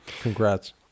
congrats